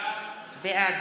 בעד